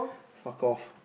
fuck off